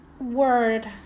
word